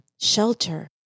shelter